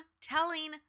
telling